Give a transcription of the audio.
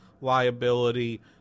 liability